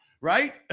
right